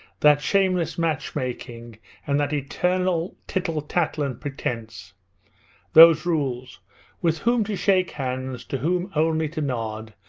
that shameless match-making and that eternal tittle-tattle and pretence those rules with whom to shake hands, to whom only to nod,